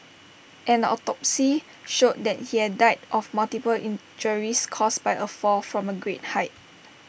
an autopsy showed that he had died of multiple injuries caused by A fall from A great height